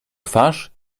twarz